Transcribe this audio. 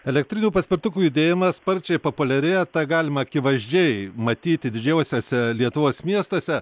elektrinių paspirtukų judėjimas sparčiai populiarėja tą galima akivaizdžiai matyti didžiuosiuose lietuvos miestuose